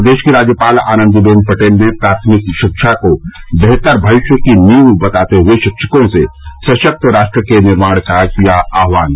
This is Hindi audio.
प्रदेश की राज्यपाल आनन्दीबेन पटेल ने प्राथमिक शिक्षा को बेहतर भविष्य की नींव बताते हुए शिक्षकों से सशक्त राष्ट्र के निर्माण का किया आहवान